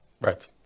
right